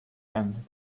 and